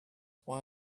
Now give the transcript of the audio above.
why